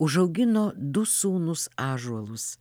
užaugino du sūnus ąžuolus